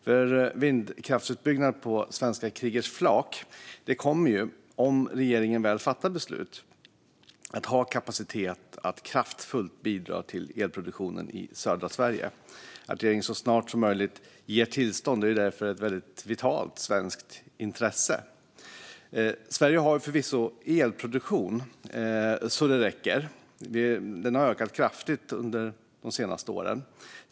En vindkraftsutbyggnad på svenska Kriegers flak kommer, om regeringen väl fattar beslut, att ha kapacitet att kraftfullt bidra till elproduktionen i södra Sverige. Att regeringen så snart som möjligt ger tillstånd är därför ett vitalt svenskt intresse. Sverige har förvisso elproduktion så det räcker, och den har ökat kraftigt under de senaste åren.